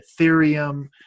Ethereum